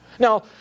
Now